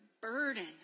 burden